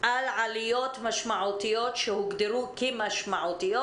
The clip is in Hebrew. על עליות משמעותיות שהוגדרו כמשמעותיות.